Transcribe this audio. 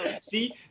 See